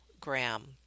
Graham